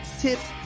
tips